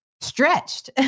stretched